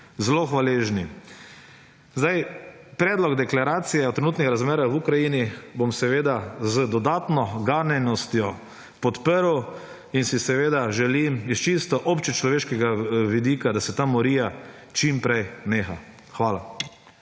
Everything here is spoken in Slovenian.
zelo hvaležni. Predlog Deklaracije o trenutnih razmerah v Ukrajini bom z dodatno ganjenostjo podprl in si seveda želim iz čisto obče človeškega vidika, da se ta morija čim prej neha. Hvala.